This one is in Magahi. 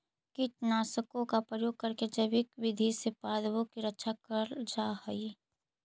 कीटनाशकों का प्रयोग करके जैविक विधि से पादपों की रक्षा करल जा हई